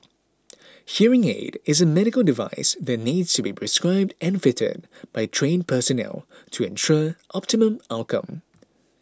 hearing aid is a medical device that needs to be prescribed and fitted by trained personnel to ensure optimum outcome